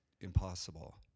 impossible